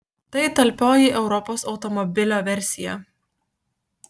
tai talpioji europos automobilio versija